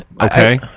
okay